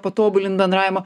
patobulint bendravimą